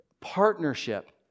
partnership